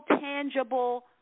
tangible